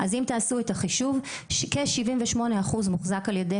אז אם תעשו את החישוב, כ-78% מוחזק על ידי